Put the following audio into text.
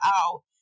out